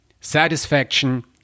satisfaction